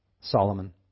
Solomon